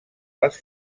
les